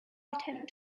attempt